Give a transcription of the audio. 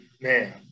Man